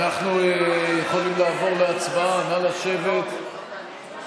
לפיכך אנחנו נעבור להצבעה שמית על הצעת